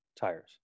tires